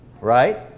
right